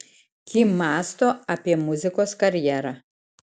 kim mąsto apie muzikos karjerą